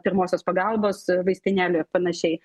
pirmosios pagalbos vaistinėle ir panašiai